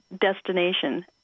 destination